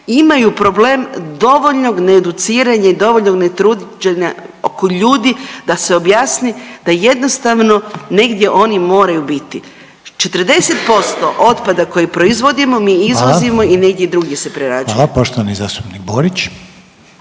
imaju problem dovoljnog needuciranje i dovoljnog netruđenja oko ljudi da se objasni da jednostavno negdje oni moraju biti. 40% otpada koji proizvodimo mi izvozimo …/Upadica: Hvala./… i negdje